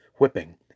whipping